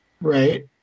Right